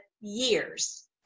years